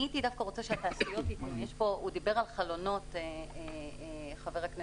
חבר הכנסת ינון דיבר פה על חלונות נמצא